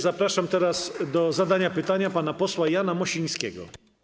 Zapraszam teraz do zadania pytania pana posła Jana Mosińskiego.